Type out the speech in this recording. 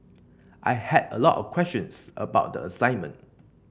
I had a lot of questions about the assignment